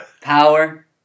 Power